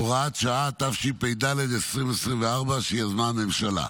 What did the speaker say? הוראת שעה), התשפ"ד 2024, שיזמה הממשלה.